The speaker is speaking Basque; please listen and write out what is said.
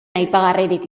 aipagarririk